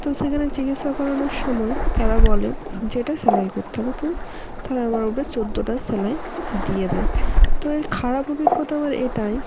তো সেখানে চিকিৎসা করানোর সময় তারা বলে যে এটা সেলাই করতে হবে তো তারা আমার ওপরে চৌদ্দটা সেলাই দিয়ে দেয় তো এর খারাপ অভিজ্ঞতা আমার এটাই